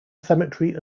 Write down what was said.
cemetery